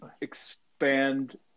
expand